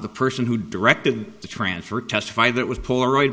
the person who directed the transfer testify that was polaroid